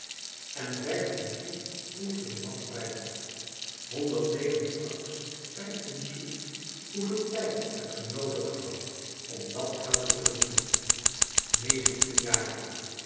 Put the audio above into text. en vijftien sous voegde de man er bij honderd negen francs vijftien sous hoeveel tijd hebt ge noodig gehad om dat geld te verdienen negentien jaren